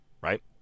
Right